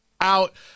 out